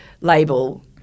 label